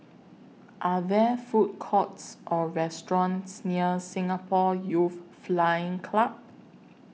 Are There Food Courts Or restaurants near Singapore Youth Flying Club